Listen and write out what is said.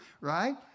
right